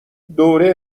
دوره